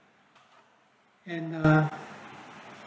and ah